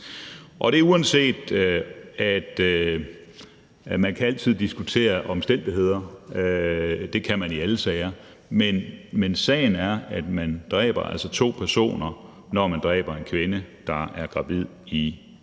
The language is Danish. Og man kan altid diskutere omstændigheder – det kan man i alle sager – men sagen er, at man altså dræber to personer, når man dræber en kvinde, der er gravid i syvende